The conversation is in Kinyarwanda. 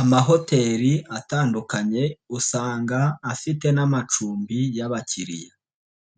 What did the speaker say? Amahoteli atandukanye usanga afite n'amacumbi y'abakiriya.